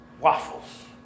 Waffles